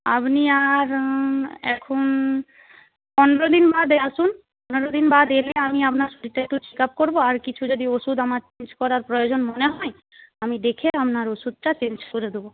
আপনি আর এখন পনেরো দিন বাদে আসুন পনেরো দিন বাদে এলে আমি আপনার শরীরটা একটু চেক আপ করবো আর কিছু যদি ওষুধ আমার চেঞ্জ করার প্রয়োজন মনে হয় আমি দেখে আপনার ওষুধটা চেঞ্জ করে দেব